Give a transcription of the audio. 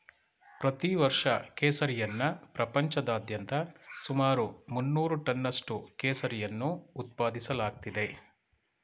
ಪ್ರತಿ ವರ್ಷ ಕೇಸರಿಯನ್ನ ಪ್ರಪಂಚಾದ್ಯಂತ ಸುಮಾರು ಮುನ್ನೂರು ಟನ್ನಷ್ಟು ಕೇಸರಿಯನ್ನು ಉತ್ಪಾದಿಸಲಾಗ್ತಿದೆ